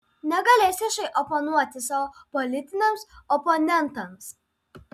negalės viešai oponuoti savo politiniams oponentams